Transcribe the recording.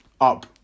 up